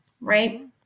right